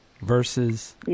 versus